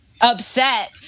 upset